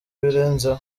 ibirenzeho